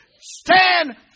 Stand